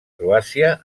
croàcia